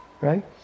right